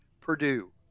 Purdue